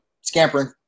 scampering